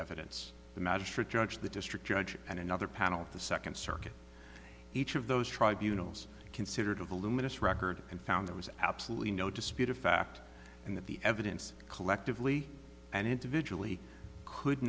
evidence the magistrate judge the district judge and another panel of the second circuit each of those tribunals considered a voluminous record and found there was absolutely no dispute of fact and that the evidence collectively and individually could